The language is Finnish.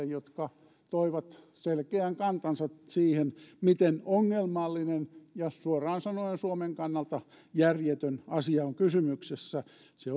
jotka toivat selkeän kantansa siihen miten ongelmallinen ja suoraan sanoen suomen kannalta järjetön asia on kysymyksessä se